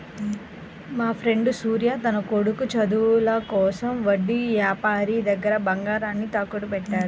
మాఫ్రెండు సూర్య తన కొడుకు చదువుల కోసం వడ్డీ యాపారి దగ్గర బంగారాన్ని తాకట్టుబెట్టాడు